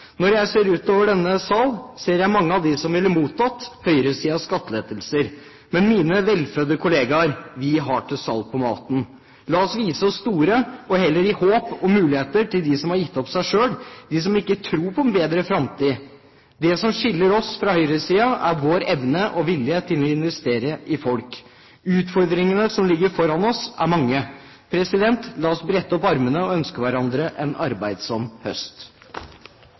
Når jeg ser utover denne sal, ser jeg mange av dem som ville mottatt høyresidens skattelettelser. Men, mine velfødde kolleger: Vi har til salt i maten. La oss vise oss store og heller gi håp og muligheter til dem som har gitt opp, de som ikke tror på en bedre framtid! Det som skiller oss fra høyresiden, er vår evne og vilje til å investere i folk. Utfordringene som ligger foran oss, er mange. La oss brette opp armene og ønske hverandre en arbeidsom høst!